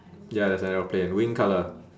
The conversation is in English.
ya there's an aeroplane wing colour